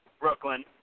Brooklyn